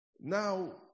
Now